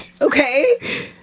Okay